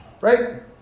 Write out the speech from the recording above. right